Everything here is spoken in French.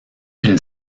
une